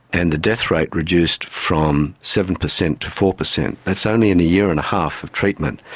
and the death rate reduced from seven percent to four percent. that's only in a year and a half of treatment.